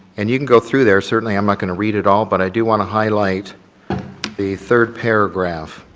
and you can go through there. certainly, i'm not going to read it all but i do want to highlight the third paragraph.